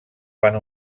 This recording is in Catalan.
van